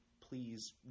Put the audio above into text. Please